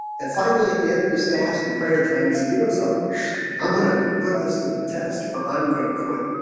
and finally at the end of his fast and prayer time he said, you know something i'm gonna put this to the test or i'm gonna quit